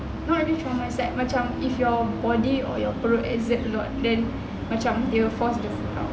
no it's not trauma it's like macam if your body or your throat then macam dia force the food out